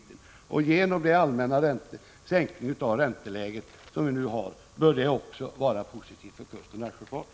Sänkningen av det allmänna ränteläget bör därför vara positiv också för kustoch närsjöfarten.